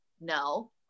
no